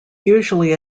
usually